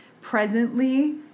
presently